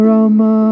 Rama